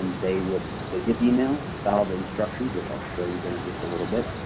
they would they get the email, follow the instructions which i'll show you here in just a little bit,